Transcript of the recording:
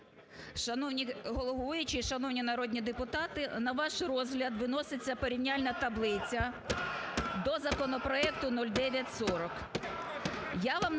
Шановний головуючий, шановні народні депутати, на ваш розгляд виноситься порівняльна таблиця до законопроекту 0940.